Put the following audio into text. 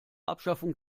abschaffung